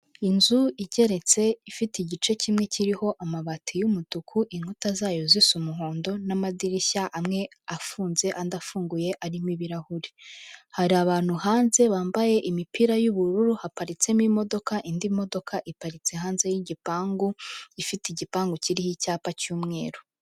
Inzu igeretse ifite igice kimwe kiriho amabati y'umutuku, inkuta zayo zisa umuhondo n'amadirishya amwe afunze andi afunguye arima ibirahuri. Hari abantu hanze bambaye imipira y'ubururu, haparitsemo imodoka indi modoka iparitse hanze y'igipangu, ifite igipangu kiriho icyapa cy'umweru.